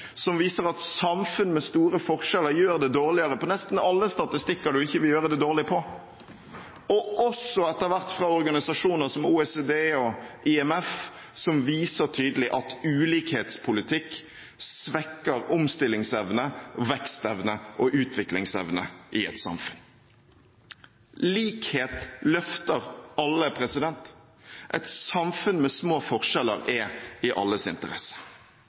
som viser at samfunn med store forskjeller gjør det dårligere på nesten alle statistikker man ikke vil gjøre det dårlig på, også etter hvert fra organisasjoner som OECD og IMF, som viser tydelig at ulikhetspolitikk svekker omstillingsevne, vekstevne og utviklingsevne i et samfunn. Likhet løfter alle. Et samfunn med små forskjeller er i alles interesse.